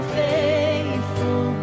faithful